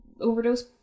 overdose